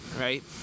right